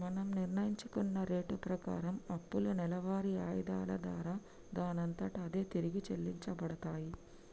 మనం నిర్ణయించుకున్న రేటు ప్రకారం అప్పులు నెలవారి ఆయిధాల దారా దానంతట అదే తిరిగి చెల్లించబడతాయి